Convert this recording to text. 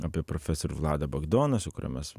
apie profesorių vladą bagdoną su kuriuo mes